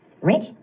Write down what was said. rich